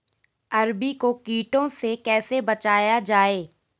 अरबी को कीटों से कैसे बचाया जाए?